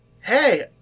hey